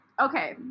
Okay